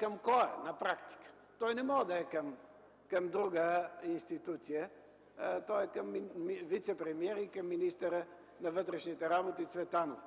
към кой е на практика?! Той не може да е към друга институция, а е към вицепремиера и министър на вътрешните работи Цветанов.